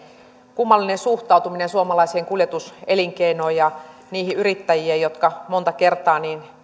kummallinen suhtautuminen suomalaiseen kuljetuselinkeinoon ja niihin yrittäjiin jotka monta kertaa